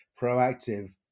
proactive